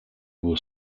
will